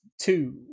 two